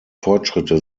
fortschritte